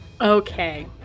Okay